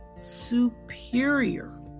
superior